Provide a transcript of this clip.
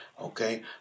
Okay